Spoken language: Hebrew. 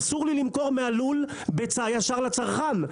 אסור לי למכור מהלול ביצה ישר לצרכן.